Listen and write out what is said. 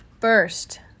first